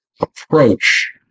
approach